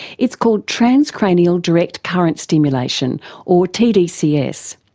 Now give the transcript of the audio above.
it's called transcranial direct current stimulation or tdcs.